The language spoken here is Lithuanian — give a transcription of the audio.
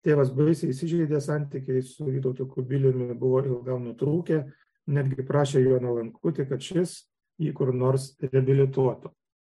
tėvas baisiai įsižeidė santykiai su vytautu kubiliumi buvo ilgam nutrūkę netgi prašė joną lankutį kad šis jį kur nors reabilituoti